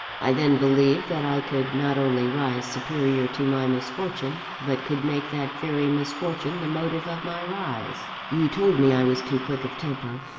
i then believed that i could not only rise superior to my misfortune, but could make that very misfortune the motive of my rise. you told me i was too quick of temper,